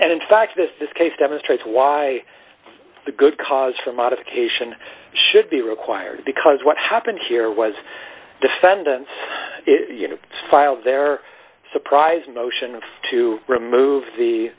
and in fact this this case demonstrates why the good cause for modification should be required because what happened here was defendants filed their surprise motion to remove